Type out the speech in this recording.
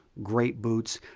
great boots.